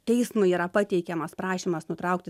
teismui yra pateikiamas prašymas nutraukti